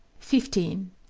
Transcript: fifteen.